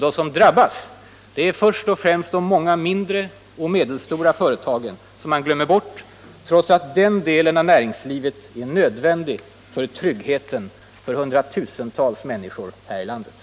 De som drabbas är först och främst de många mindre och medelstora företagen, som man glömmer bort trots att den delen av näringslivet är nödvändig för tryggheten för hundratusentals människor här i Sverige.